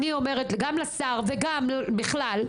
אני אומרת לשר וכלל,